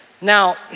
Now